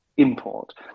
import